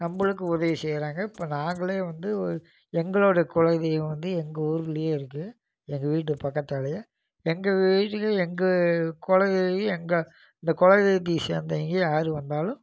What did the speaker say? நம்மளுக்கும் உதவி செய்கிறாங்க இப்போ நாங்களே வந்து ஓ எங்களோடய குலதெய்வம் வந்து எங்கள் ஊர்லேயே இருக்குது எங்கள் வீட்டு பக்கத்தாலேயே எங்கள் வீட்டுக்கு எங்கள் குலதெய்வம் எங்கள் இந்த குலதெய்வத்த சேர்ந்தவைங்க யார் வந்தாலும்